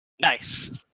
Nice